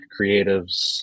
Creatives